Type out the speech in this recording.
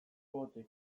kote